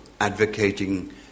advocating